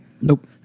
Nope